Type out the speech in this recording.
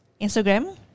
Instagram